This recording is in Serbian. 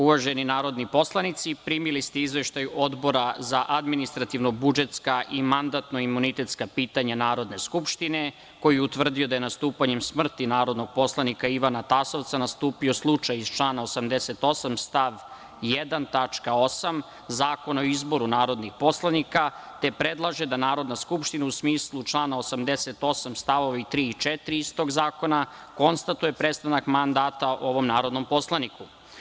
Uvaženi narodni poslanici, primili ste Izveštaj Odbora za administrativno-budžetska i mandatno-imunitetska pitanja Narodne skupštine, koji je utvrdio da je nastupanjem smrti narodnog poslanika Ivana Tasovca nastupio slučaj iz člana 88. stav 1. tačka 8. Zakona o izboru narodnih poslanika, te predlaže da Narodna skupština u smislu člana 88. stavovi 3. i 4. istog zakona, konstatuje prestanak mandata ovom narodnom poslaniku.